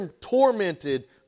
tormented